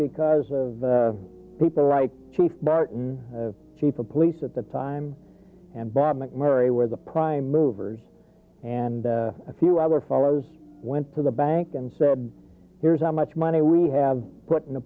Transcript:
because of people like chief barton chief of police at the time and bob mcmurray where the prime movers and a few other fellows went to the bank and said here's how much money we have put in the